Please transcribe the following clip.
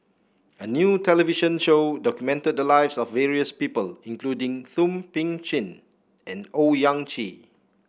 a new television show documented the lives of various people including Thum Ping Tjin and Owyang Chi